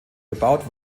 gebaut